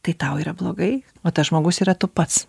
tai tau yra blogai o tas žmogus yra tu pats